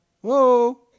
Whoa